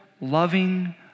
loving